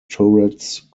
turrets